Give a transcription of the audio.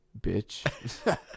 bitch